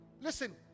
Listen